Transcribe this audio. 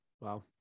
Wow